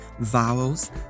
vowels